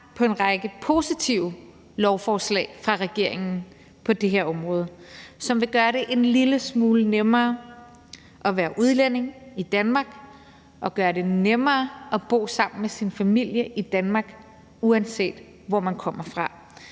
på en række positive lovforslag fra regeringen på det her område, som vil gøre det en lille smule nemmere at være udlænding i Danmark og gøre det nemmere at bo sammen med sin familie i Danmark, uanset hvor man kommer fra.